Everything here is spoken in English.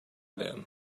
them